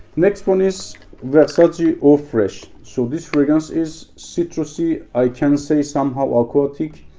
next one is versace eau fraiche so this fragrance is citrusy i can say somehow aquatic